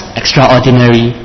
extraordinary